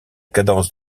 cadence